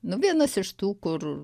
nu vienas iš tų kur